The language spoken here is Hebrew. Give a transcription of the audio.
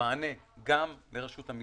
מענה גם לרשות המיסים,